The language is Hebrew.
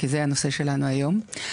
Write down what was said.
כי זה הנושא שלנו היום.